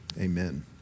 Amen